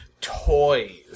toys